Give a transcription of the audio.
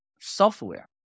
software